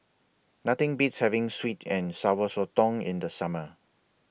Nothing Beats having Sweet and Sour Sotong in The Summer